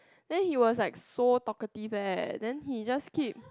then he was like so talkative eh then he just keep